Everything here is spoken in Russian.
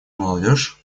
молодежь